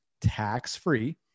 tax-free